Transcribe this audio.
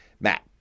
Matt